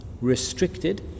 restricted